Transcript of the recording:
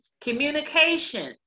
communication